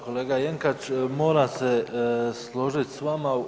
Kolega Jenkač, moram se složit s vama.